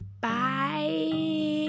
Bye